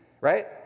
Right